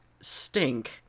stink